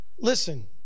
Listen